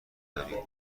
داریم